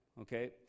Okay